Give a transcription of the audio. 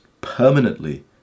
permanently